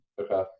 Okay